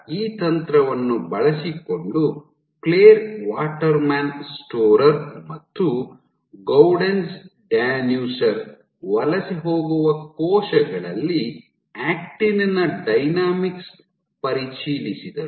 ಆದ್ದರಿಂದ ಈ ತಂತ್ರವನ್ನು ಬಳಸಿಕೊಂಡು ಕ್ಲೇರ್ ವಾಟರ್ಮ್ಯಾನ್ ಸ್ಟೋರ್ರ್ ಮತ್ತು ಗೌಡೆನ್ಜ್ ಡ್ಯಾನುಸರ್ ವಲಸೆ ಹೋಗುವ ಕೋಶಗಳಲ್ಲಿ ಆಕ್ಟಿನ್ ನ ಡೈನಾಮಿಕ್ಸ್ ಪರಿಶೀಲಿಸಿದರು